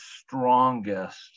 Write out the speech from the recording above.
strongest